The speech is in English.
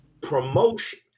promotion